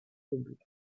boue